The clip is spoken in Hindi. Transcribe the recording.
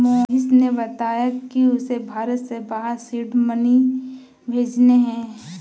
मोहिश ने बताया कि उसे भारत से बाहर सीड मनी भेजने हैं